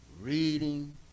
reading